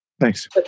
Thanks